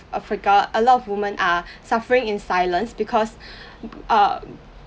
africa a lot of women are suffering in silence because uh